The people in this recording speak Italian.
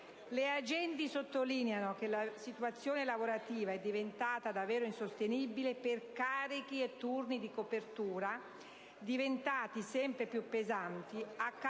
Le agenti sottolineano che la situazione lavorativa è diventata davvero insostenibile per carichi e turni di copertura, divenuti sempre più pesanti